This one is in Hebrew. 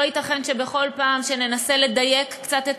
לא ייתכן שבכל פעם שננסה לדייק קצת את